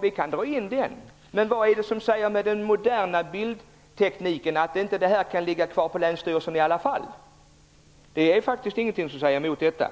vi kan dra in den. Men vad är det som säger att det här inte kan ligga kvar på länsstyrelsen i alla fall, med den moderna bildtekniken? Det är faktiskt ingenting som talar emot det.